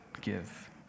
give